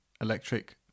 electric